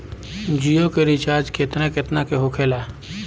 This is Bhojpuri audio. जियो के रिचार्ज केतना केतना के होखे ला?